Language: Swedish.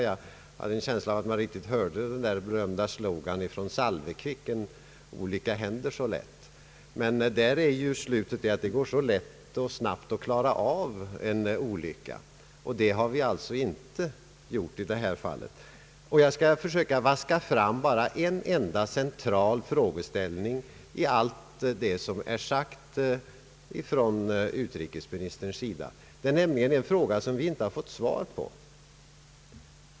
Jag hade en känsla av att man hörde Salvekvicks berömda slogan: En olycka händer så lätt. Men där framhålls att det går så lätt och snabbt att klara av en olycka. Det har vi alltså inte gjort i det här fallet. Jag skall försöka vaska fram en enda central frågeställning ur allt det som utrikesministern sagt. Det är nämligen en fråga som vi inte har fått svar på.